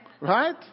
Right